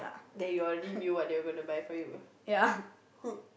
then you already knew what they were gonna buy for you